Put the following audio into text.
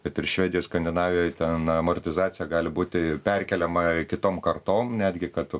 kad ir švedijoj skandinavijoj ten amortizacija gali būti perkeliama kitom kartom netgi kad tu